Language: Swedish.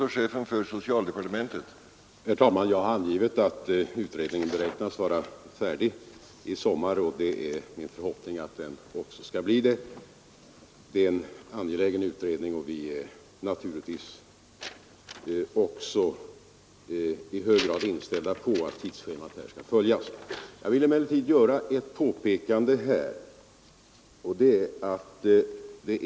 Herr talman! Jag har angivit att utredningen beräknas vara färdig i sommar, och det är min förhoppning att den också skall bli det. Det är en angelägen utredning, och vi är naturligtvis i hög grad inställda på att tidsschemat skall följas. Jag vill emellertid göra ett påpekande.